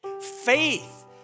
Faith